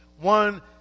One